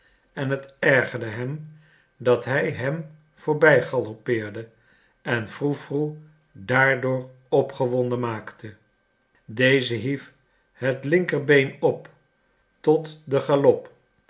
en het ergerde hem dat hij hem voorbij galoppeerde en froe froe daardoor opgewonden maakte deze hief het linkerbeen op tot den galop